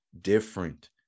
different